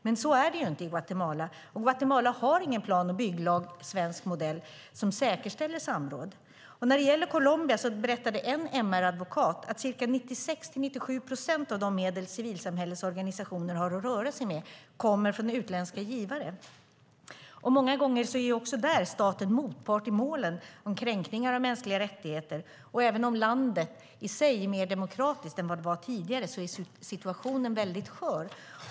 Men så det ju inte i Guatemala, och Guatemala har ingen plan och bygglag av svensk modell som säkerställer samråd. När det gäller Colombia berättade en MR-advokat att 96-97 procent av de medel som civilsamhällesorganisationerna har att röra sig med kommer från utländska givare. Många gånger är staten också där motpart i målen om kränkningar av mänskliga rättigheter. Även om landet i sig är mer demokratiskt än det var tidigare är situationen mycket skör.